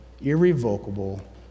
irrevocable